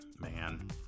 man